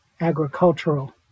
agricultural